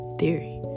theory